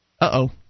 Uh-oh